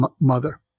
mother